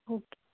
okay